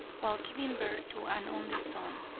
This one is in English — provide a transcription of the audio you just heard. while giving birth to an only son,